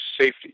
safety